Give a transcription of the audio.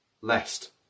lest